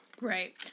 Right